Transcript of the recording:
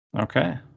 Okay